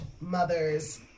mothers